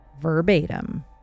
verbatim